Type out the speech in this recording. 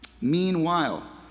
Meanwhile